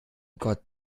gott